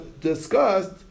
discussed